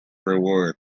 reward